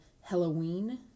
Halloween